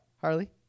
Harley